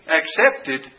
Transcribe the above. accepted